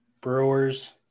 Brewers